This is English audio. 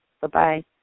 Bye-bye